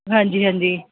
ਹਾਂਜੀ ਹਾਂਜੀ